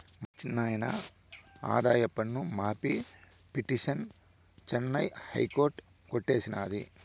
మా చిన్నాయిన ఆదాయపన్ను మాఫీ పిటిసన్ చెన్నై హైకోర్టు కొట్టేసినాది